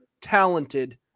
talented